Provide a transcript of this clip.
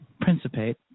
Principate